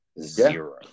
Zero